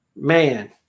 man